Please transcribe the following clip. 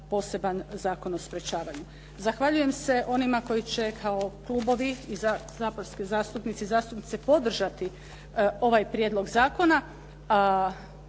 poseban zakon o sprečavanju. Zahvaljujem se onima koji će kao klubovi i saborski zastupnici i zastupnice podržati ovaj prijedlog zakona,